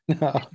No